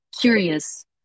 curious